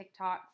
TikToks